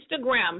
Instagram